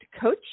Coach